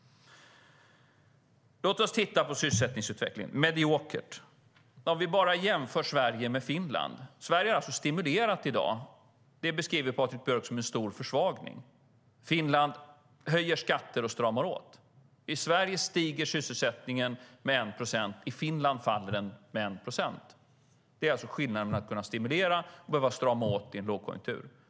Låt oss titta på sysselsättningsutvecklingen och bara jämföra Sverige med Finland. Sverige har alltså stimulerat. Det beskriver Patrik Björck som en stor försvagning. Finland höjer skatter och stramar åt. I Sverige stiger sysselsättningen med 1 procent; i Finland faller den med 1 procent. Det är skillnaden mellan att kunna stimulera och att behöva strama åt i en lågkonjunktur.